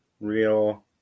real